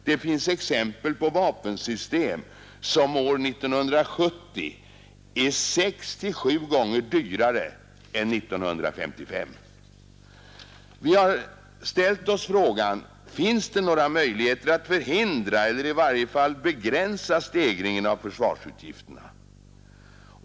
Det finns exempel på vapensystem som år 1970 är sex till sju gånger dyrare än 1955. Vi har ställt oss frågan: Finns det några möjligheter att förhindra eller i varje fall begränsa stegringen av försvarsutgifterna?